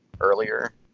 earlier